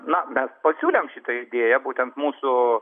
na mes pasiūlėm šitą idėją būtent mūsų